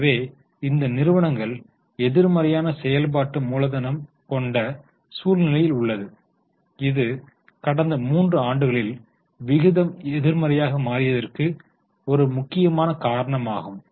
எனவே இந்த நிறுவனங்கள் எதிர்மறையான செயல்பாட்டு மூலதனம் கொண்ட சூழ்நிலையில் உள்ளது இது கடந்த 3 ஆண்டுகளில் விகிதம் எதிர்மறையாக மாறியதற்கு ஒரு முக்கியமான காரணமாகும்